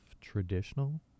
traditional